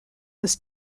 was